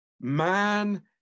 man